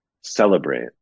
celebrate